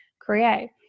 create